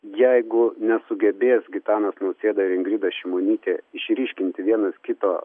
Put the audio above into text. jeigu nesugebės gitanas nausėda ir ingrida šimonytė išryškinti vienas kito